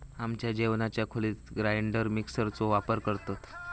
आमच्या जेवणाच्या खोलीत ग्राइंडर मिक्सर चो वापर करतत